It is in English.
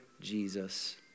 Jesus